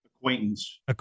Acquaintance